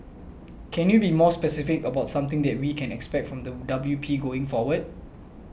can you be more specific about something that we can expect from the W P going forward